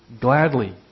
gladly